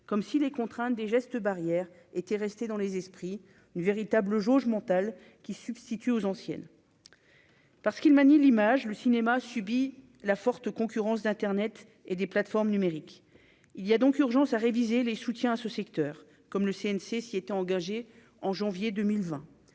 comme si les contraintes des gestes barrières était resté dans les esprits une véritable jauge mentale qui substitue aux anciennes parce qu'il manie l'image, le cinéma subit la forte concurrence d'Internet et des plateformes numériques, il y a donc urgence à réviser les soutiens à ce secteur comme le CNC s'y était engagé en janvier 2020